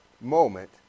moment